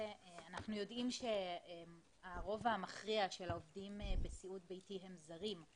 אנחנו יודעים שהרוב המכריע של העובדים בסיעוד ביתי הם זרים,